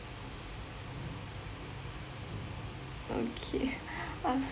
okay um